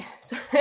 sorry